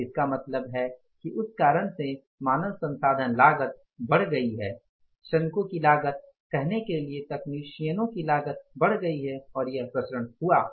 तो इसका मतलब है कि उस कारण से मानव संसाधान लागत बढ़ गई है श्रमिकों की लागत कहने के लिए तकनीशियनों की लागत बढ़ गई है और यह विचरण हुआ